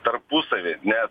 tarpusavy nes